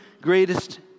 greatest